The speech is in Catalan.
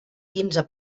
quinze